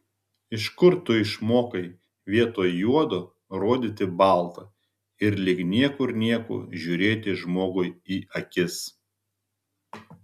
iš kur tu išmokai vietoj juodo rodyti balta ir lyg niekur nieko žiūrėti žmogui į akis